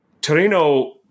Torino